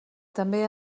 també